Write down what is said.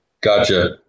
gotcha